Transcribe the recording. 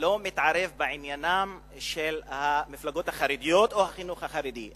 לא מתערב בעניינם של המפלגות החרדיות או החינוך החרדי,